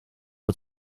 het